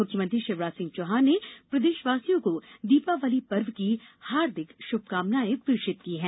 मुख्यमंत्री शिवराज सिंह चौहान ने प्रदेशवासियों को दीपावली पर्व की हार्दिक शुभकामनाएँ प्रेषित की हैं